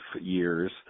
years